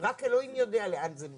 רק אלוהים יודע לאן זה ממשיך.